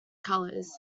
colors